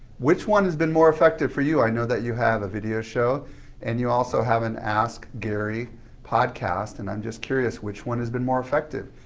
which one has been more effective for you? i know that you have a video show and you also have an ask gary podcast and i'm just curious which one has been more effective?